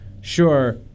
sure